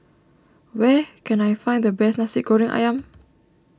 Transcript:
where can I find the best Nasi Goreng Ayam